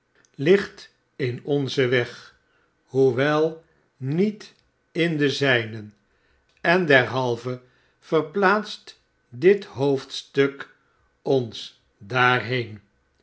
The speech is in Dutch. ligt in onzen weg hoewel niet in den zijnen en derhalve verplaatst dit hoofdstuk ons daarheen